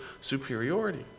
superiority